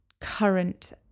current